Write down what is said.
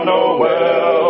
Noel